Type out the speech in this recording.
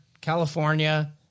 California